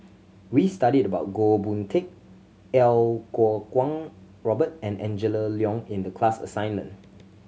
we studied about Goh Boon Teck Iau Kuo Kwong Robert and Angela Liong in the class assignment